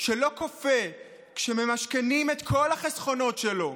שלא קופא כשממשכנים את כל החסכונות שלו,